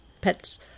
pets